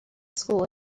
school